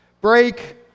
Break